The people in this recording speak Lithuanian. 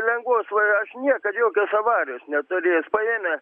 lengvos va je aš niekad jokios avarijos neturėjęs paėmęs